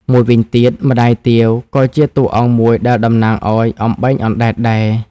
មួយវិញទៀត ម្តាយទាវ ក៏ជាតួអង្គមួយដែលតំណាងឲ្យ "អំបែងអណ្ដែត" ដែរ។